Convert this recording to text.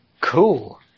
Cool